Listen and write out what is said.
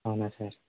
అవునా సార్